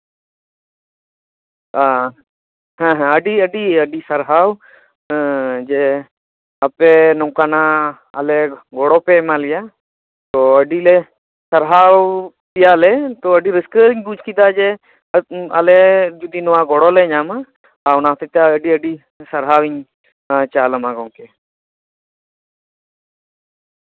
ᱦᱮᱸ ᱦᱮᱸ ᱦᱮᱸ ᱟᱹᱰᱤᱼᱟᱹᱰᱤ ᱟᱹᱰᱤ ᱥᱟᱨᱦᱟᱣ ᱡᱮ ᱟᱯᱮ ᱱᱚᱝᱠᱟᱱᱟᱜ ᱟᱞᱮ ᱜᱚᱲᱚᱯᱮ ᱮᱢᱟᱞᱮᱭᱟ ᱛᱚ ᱟᱹᱰᱤᱞᱮ ᱥᱟᱨᱦᱟᱣ ᱯᱮᱭᱟᱞᱮ ᱛᱚ ᱟᱹᱰᱤ ᱨᱟᱹᱥᱠᱟᱹᱧ ᱵᱩᱡᱽ ᱠᱮᱫᱟ ᱡᱮ ᱟᱞᱮ ᱡᱩᱫᱤ ᱱᱚᱣᱟ ᱜᱚᱲᱚᱞᱮ ᱧᱟᱢᱟ ᱚᱱᱟ ᱦᱚᱛᱮᱡᱛᱮ ᱟᱹᱰᱤ ᱟᱹᱰᱤ ᱥᱟᱨᱦᱟᱣᱤᱧ ᱪᱟᱞᱟᱢᱟ ᱜᱚᱝᱠᱮ